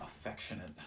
affectionate